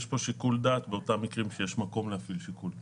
יש פה שיקול דעת באותם מקרים שיש מקום להפעיל שיקול דעת.